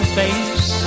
face